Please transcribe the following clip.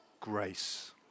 grace